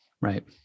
right